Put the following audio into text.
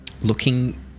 looking